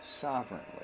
sovereignly